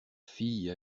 fille